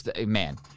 Man